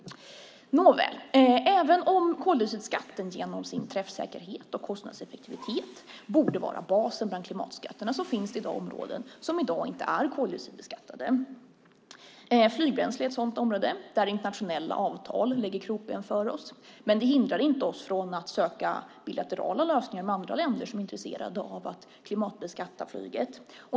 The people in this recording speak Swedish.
Även om koldioxidskatten genom sin träffsäkerhet och kostnadseffektivitet borde vara basen bland klimatskatterna finns det områden som i dag inte är koldioxidbeskattade. Flygbränsle är ett sådant område där internationella avtal lägger krokben för oss. Men det hindrar oss inte från att söka bilaterala lösningar med andra länder som är intresserade av att klimatbeskatta flyget.